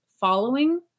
following